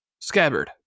Scabbard